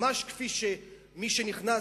ממש כמו מי שנכנס,